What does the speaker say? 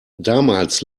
damals